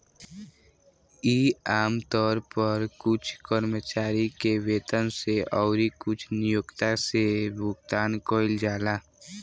इ आमतौर पर कुछ कर्मचारी के वेतन से अउरी कुछ नियोक्ता से भुगतान कइल जाला